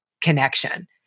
connection